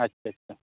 আচ্ছা আচ্ছা